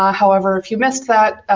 um however if you missed that,